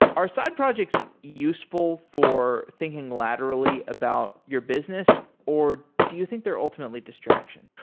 are side projects useful for thinking laterally about your business or do you think they're ultimately distractions?